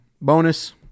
bonus